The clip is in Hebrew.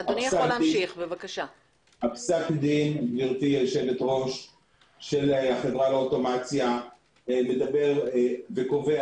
פסק הדין של החברה לאוטומציה מדבר וקובע